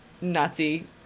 Nazi